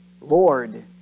Lord